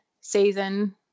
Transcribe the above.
season